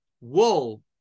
wool